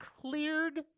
cleared